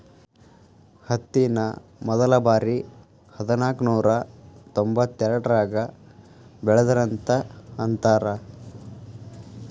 ಹತ್ತಿನ ಮೊದಲಬಾರಿ ಹದನಾಕನೂರಾ ತೊಂಬತ್ತೆರಡರಾಗ ಬೆಳದರಂತ ಅಂತಾರ